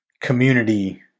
community